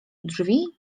drzwi